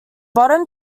bottom